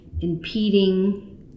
impeding